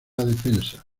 defensa